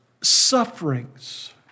sufferings